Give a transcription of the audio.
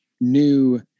new